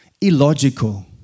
illogical